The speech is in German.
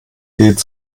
geht